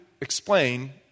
explain